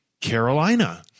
Carolina